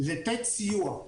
לתת סיוע.